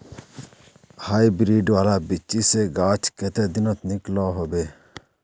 Hybrid वाला बिच्ची से गाछ कते दिनोत निकलो होबे?